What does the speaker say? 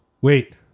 wait